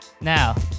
Now